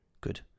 Good